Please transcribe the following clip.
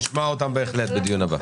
נשמע אותם בהחלט בדיון הבא.